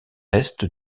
est